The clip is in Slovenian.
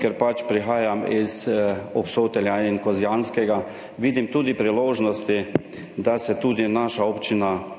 ker pač prihajam iz Obsotelja in Kozjanskega, vidim tudi priložnosti, da se tudi naše občine